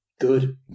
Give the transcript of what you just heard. good